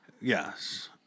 Yes